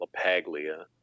LaPaglia